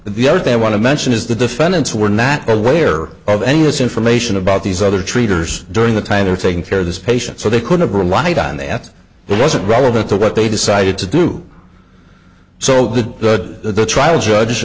motion the other thing i want to mention is the defendants were not aware of any us information about these other treaters during the time they are taking care of this patient so they could have relied on the ets it wasn't relevant to what they decided to do so that the trial judge